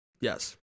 Yes